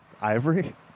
Ivory